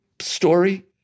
story